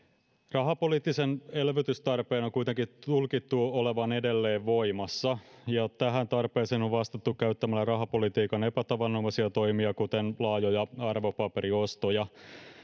rahapoliittisen elvytystarpeen on kuitenkin tulkittu olevan edelleen voimassa ja tähän tarpeeseen on vastattu käyttämällä rahapolitiikan epätavanomaisia toimia kuten laajoja arvopaperiostoja